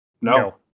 No